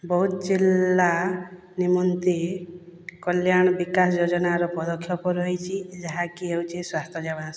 ବୌଦ୍ଧ ଜିଲ୍ଲା ନିମନ୍ତେ କଲ୍ୟାଣ ବିକାଶ ଯୋଜନାର ପଦକ୍ଷେପ ରହିଛି ଯାହାକି ହେଉଛି ସ୍ଵାସ୍ଥ୍ୟସେବା